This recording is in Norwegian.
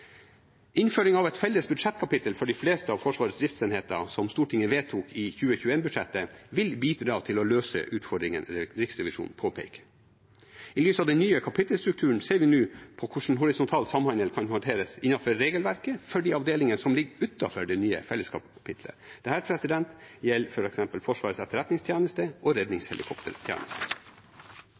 Innføring av et felles budsjettkapittel for de fleste av Forsvarets driftsenheter, som Stortinget vedtok i 2021-budsjettet, vil bidra til å løse utfordringene Riksrevisjonen påpeker. I lys av den nye kapittelstrukturen ser vi nå hvordan horisontal samhandel kan håndteres innenfor regelverket for de avdelingene som ligger utenfor det nye